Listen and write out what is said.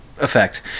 effect